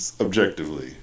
objectively